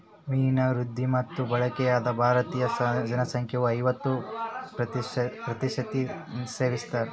ಮೀನಿನ ವೃದ್ಧಿ ಮತ್ತು ಬಳಕೆಯಾಗ ಭಾರತೀದ ಜನಸಂಖ್ಯೆಯು ಐವತ್ತು ಪ್ರತಿಶತ ಸೇವಿಸ್ತಾರ